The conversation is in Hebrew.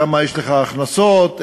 כמה הכנסות יש לך,